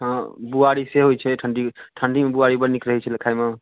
हँ बुआड़ी से होइ छै ठण्डी ठण्डीमे बुआड़ी बड़ नीक लगै छलै खाइमे